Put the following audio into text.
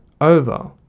over